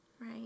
Right